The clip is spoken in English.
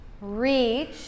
Reach